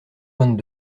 vingt